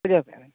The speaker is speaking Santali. ᱵᱩᱡᱷᱟᱹᱣ ᱠᱮᱫᱟᱞᱤᱧ